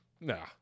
nah